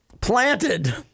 planted